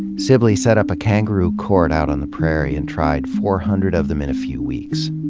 sibley set up a kangaroo court out on the prairie and tried four hundred of them in a few weeks.